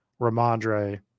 Ramondre